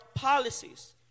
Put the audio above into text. Policies